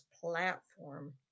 platform